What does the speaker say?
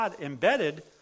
embedded